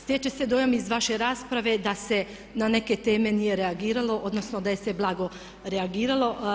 Stječe se dojam iz vaše rasprave da se na neke teme nije reagiralo, odnosno da se blago reagiralo.